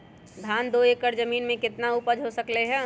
धान दो एकर जमीन में कितना उपज हो सकलेय ह?